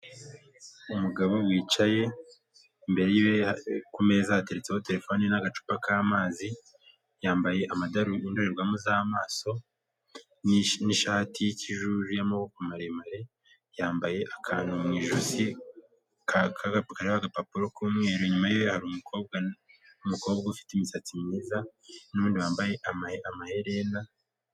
Umugabo wicaye imbere ye kumeza hatetseho terefone n'agacupa k'amazi yambaye amadarubindi y'amaso n'ishati yikijuju y'amaboko maremare yambaye akantu mu ijosi k'agapapuro k'umweru inyuma ye hari umukobwa ufite imisatsi myiza nundi wambaye amaherena.